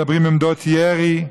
מדברות עמדות ירי,